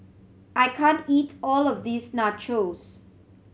I can't eat all of this Nachos